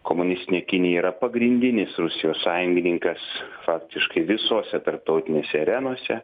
komunistinė kinija yra pagrindinis rusijos sąjungininkas faktiškai visose tarptautinėse arenose